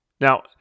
Now